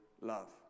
love